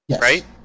right